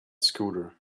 scooter